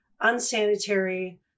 unsanitary